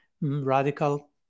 radical